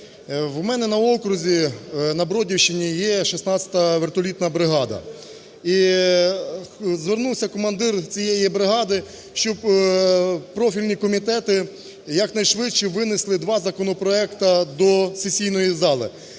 у мене на окрузі, на Бродівщині є 16-а вертолітна бригада. І звернувся командир цієї бригади, щоб профільні комітети якнайшвидше винесли два законопроекти до сесійної зали.